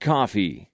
Coffee